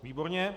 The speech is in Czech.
Výborně.